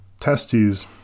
testes